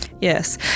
yes